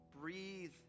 Breathe